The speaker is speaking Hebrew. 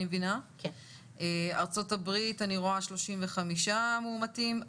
ארצות הברית 35 מאומתים.